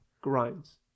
grinds